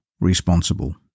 responsible